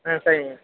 ஆ சரிங்க